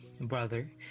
brother